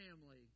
family